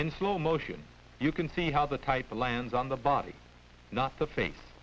in slow motion you can see how the type of lands on the body not the face